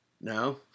No